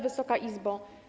Wysoka Izbo!